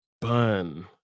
burn